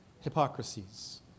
hypocrisies